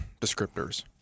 descriptors